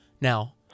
Now